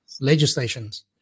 legislations